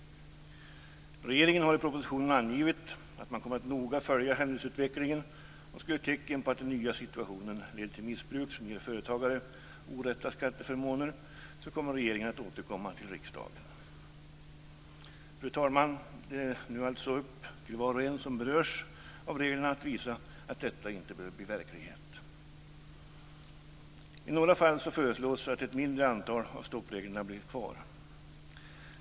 Regeringen har i propositionen angivit att man noga kommer att följa händelseutvecklingen. Skulle det finnas tecken på att den nya situationen leder till missbruk som ger företagare orätta skatteförmåner kommer regeringen att återkomma till riksdagen. Nu är det, fru talman, alltså upp till var och en som berörs av reglerna att visa att detta inte behöver bli verklighet. I några fall föreslås att ett mindre antal av stoppreglerna blir kvar.